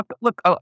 Look